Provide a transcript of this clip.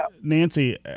Nancy